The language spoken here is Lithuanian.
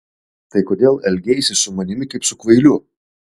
tai kodėl elgeisi su manimi kaip su kvailiu